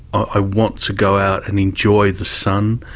i want to go out and enjoy the sun,